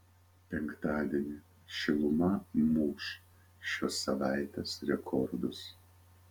penktadienį šiluma muš šios savaitės rekordus